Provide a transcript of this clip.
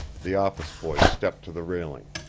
the office boy stepped to the railing.